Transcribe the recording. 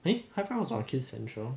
eh high five was on kids central